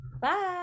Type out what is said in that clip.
Bye